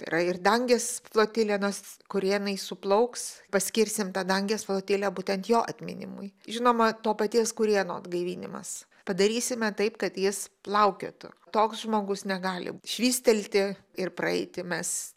tai yra ir dangės flotilė nors kurėnai suplauks paskirsim tą dangės flotilę būtent jo atminimui žinoma to paties kurėno atgaivinimas padarysime taip kad jis plaukiotų toks žmogus negali švystelti ir praeiti mes